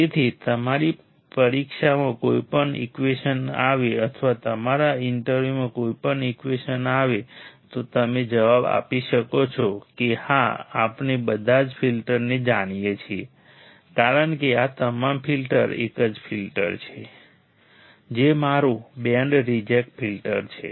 તેથી તમારી પરીક્ષામાં કોઈપણ ઈકવેશન આવે અથવા તમારા ઇન્ટરવ્યુમાં કોઈપણ ઈકવેશન આવે તો તમે જવાબ આપી શકો છો કે હા આપણે બધા આ ફિલ્ટરને જાણીએ છીએ કારણ કે આ તમામ ફિલ્ટર એક જ ફિલ્ટર છે જે મારું બેન્ડ રિજેક્ટ ફિલ્ટર છે